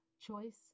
Choice